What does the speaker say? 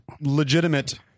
legitimate